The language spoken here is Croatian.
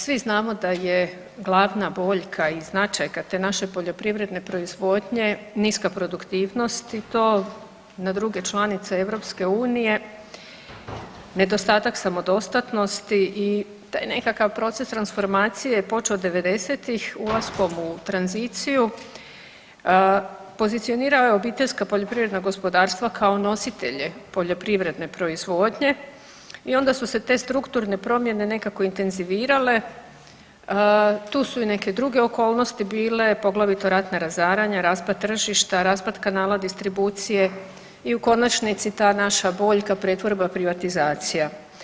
Svi znamo da je glavna boljka i značajka te naše poljoprivredne proizvodnje niska produktivnost i to na druge članice EU nedostatak samodostatnosti i taj nekakav proces transformacije je počeo '90.-tih ulaskom u tranziciju, pozicionirao je OPG-ove kao nositelje poljoprivredne proizvodnje i onda su se te strukturne promjene nekako intenzivirale, tu su i neke druge okolnosti bile, poglavito ratna razaranja, raspad tržišta, raspad kanala distribucije i u konačnici ta naša boljka pretvorba i privatizacija.